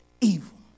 evil